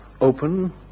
Open